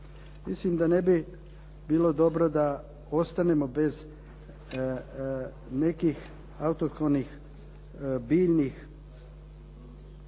Mislim da ne bi bilo dobro da ostanemo bez nekih autohtonih biljnih